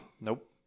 Nope